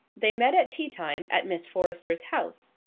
they met at tea-time at miss forrester's house.